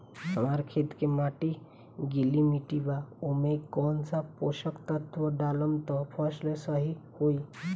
हमार खेत के माटी गीली मिट्टी बा ओमे कौन सा पोशक तत्व डालम त फसल सही होई?